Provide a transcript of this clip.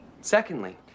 Secondly